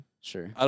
Sure